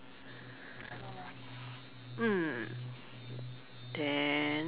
mm uh